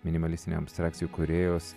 minimalistinių abstrakcijų kūrėjos